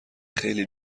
خیلی